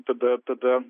tada tada